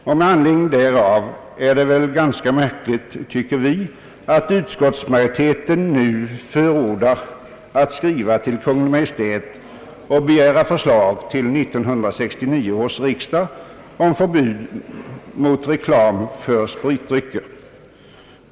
Vi tycker därför att det är ganska märkligt att utskottsmajoriteten förordar ait skriva till Kungl. Maj:t och begära förslag till 1969 års riksdag om förbud mot reklam för spritdrycker.